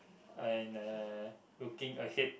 and uh looking ahead